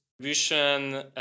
distribution